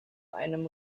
einem